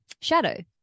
shadow